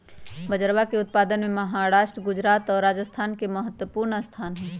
बजरवा के उत्पादन में महाराष्ट्र गुजरात और राजस्थान के महत्वपूर्ण स्थान हई